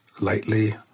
lightly